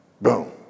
Boom